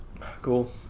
Cool